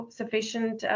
sufficient